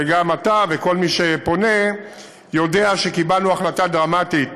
וגם אתה וכל מי שפונה יודעים שקיבלנו החלטה דרמטית.